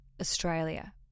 Australia